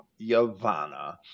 Yavana